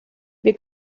wir